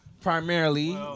Primarily